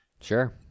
Sure